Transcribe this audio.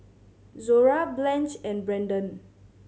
Zora Blanch and Branden